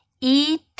eat